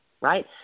right